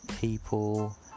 people